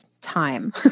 time